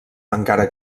encara